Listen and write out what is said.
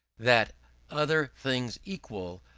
that other things equal,